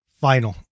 final